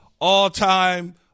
All-time